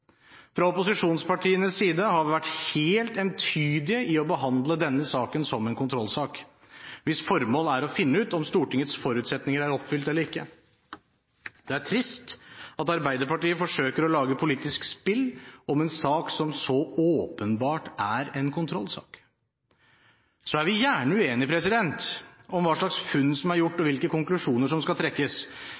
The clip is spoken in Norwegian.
Fra opposisjonspartienes side har vi vært helt entydige i å behandle denne saken som en kontrollsak, hvis formål er å finne ut om Stortingets forutsetninger er oppfylt eller ikke. Det er trist at Arbeiderpartiet forsøker å lage et politisk spill om en sak som så åpenbart er en kontrollsak. Så er vi gjerne uenige om hva slags funn som er gjort, og hvilke konklusjoner som skal trekkes.